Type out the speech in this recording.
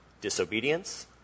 disobedience